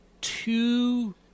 two